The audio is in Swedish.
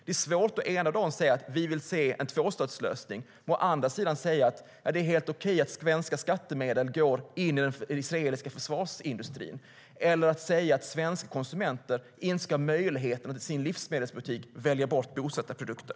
Det är svårt att å ena sidan säga att man vill se en tvåstatslösning och å andra sidan säga att det är helt okej att svenska skattemedel går in i den israeliska försvarsindustrin eller att säga att svenska konsumenter inte ska ha möjlighet att i sin livsmedelsbutik välja bort bosättarprodukter.